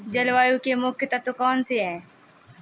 जलवायु के मुख्य तत्व कौनसे हैं?